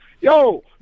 Yo